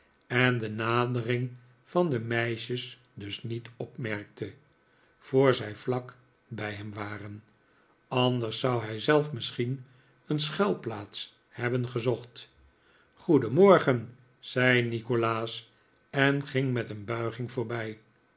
en de nadering van de meisjes dus niet opmerkte voor zij vlak bij hem waren anders zou hij zelf misschien een schuilplaats hebben gezocht goedenmorgen zei nikolaas en ging met een buiging voorbij